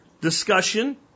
discussion